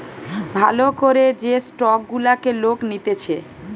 ভাল করে যে স্টক গুলাকে লোক নিতেছে